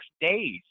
days